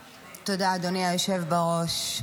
תודה, אדוני היושב בראש.